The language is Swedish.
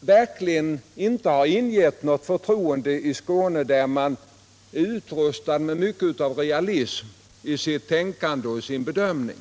verkligen inte har ingett förtroende i Skåne, där befolkningen är utrustad med mycken realism i sitt tänkande och i sin bedömning.